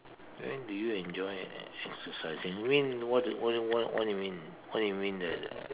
when do you enjoy an exercising mean what do what what what you mean what you mean that the